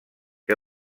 que